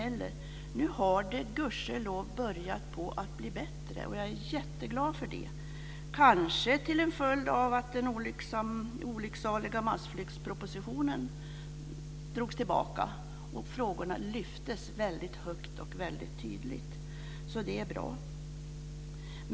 Nu har det gudskelov börjat bli bättre, och jag är jätteglad för det. Det har kanske blivit det till en följd av att den olycksaliga massflyktspropositionen drogs tillbaka och att frågorna lyftes väldigt högt och väldigt tydligt. Det är bra.